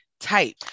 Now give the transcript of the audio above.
Type